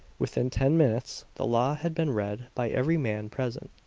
within ten minutes the law had been read by every man present.